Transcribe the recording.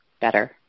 better